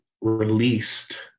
released